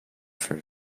for